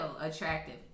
attractive